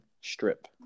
strip